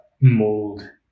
mold